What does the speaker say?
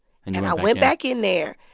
and and i went back in there,